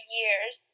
years